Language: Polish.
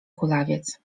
kulawiec